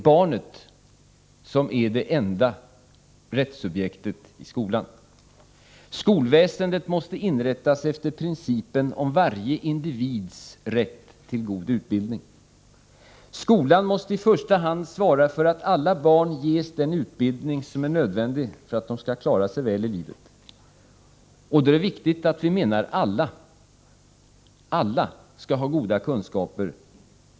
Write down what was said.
Barnet är det enda rättssubjektet i skolan. Skolväsendet måste inrättas efter principen om varje individs rätt till god utbildning. Skolan måste i första hand svara för att alla barn ges den utbildning som är nödvändig för att de skall klara sig vidare i livet. Det är viktigt att alla får goda kunskaper.